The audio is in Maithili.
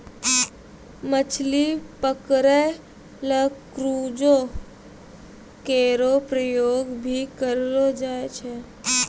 मछली पकरै ल क्रूजो केरो प्रयोग भी करलो जाय छै